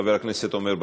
חבר הכנסת עמר בר-לב,